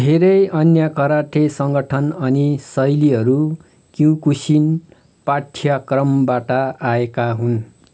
धेरै अन्य कराँते सङ्गठन अनि शैलीहरू क्युकुसिन पाठ्यक्रमबाट आएका हुन्